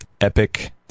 epic